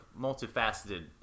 multifaceted